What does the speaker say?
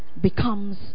becomes